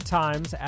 times